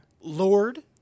Lord